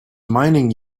mining